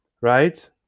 right